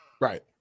Right